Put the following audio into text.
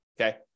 okay